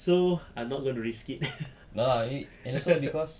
so I'm not gonna risk it